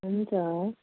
हुन्छ